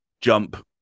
jump